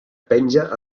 penja